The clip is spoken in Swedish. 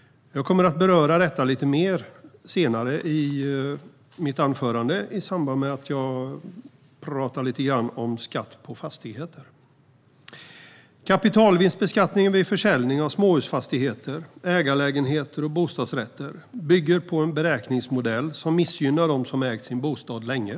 Jag kommer att beröra detta lite mer senare i anförandet i samband med att jag tar upp skatt på fastigheter. Kapitalvinstbeskattningen vid försäljning av småhusfastigheter, ägarlägenheter och bostadsrätter bygger på en beräkningsmodell som missgynnar de som ägt sin bostad länge.